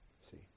See